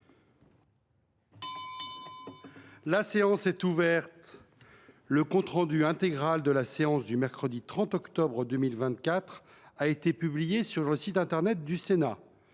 La séance est ouverte. Le compte rendu intégral de la séance du mercredi 30 octobre 2024 a été publié sur le site internet du Sénat.